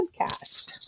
podcast